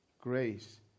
grace